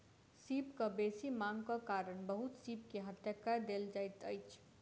सीपक बेसी मांगक कारण बहुत सीप के हत्या कय देल जाइत अछि